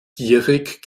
gierig